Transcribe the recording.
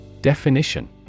Definition